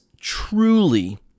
truly